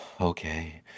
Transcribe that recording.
Okay